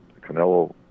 Canelo